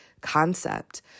concept